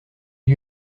lui